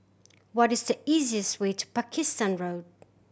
what is the easiest way to Pakistan Road